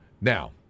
Now